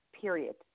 period